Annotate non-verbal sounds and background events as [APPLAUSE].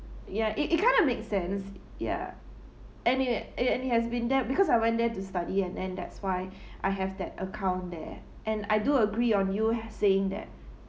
ya it it kind of makes sense ya and he had and he has been there because I went there to study and then that's why [BREATH] I have that account there and I do agree on you [BREATH] saying that